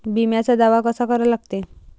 बिम्याचा दावा कसा करा लागते?